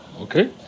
Okay